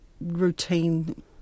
routine